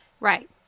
Right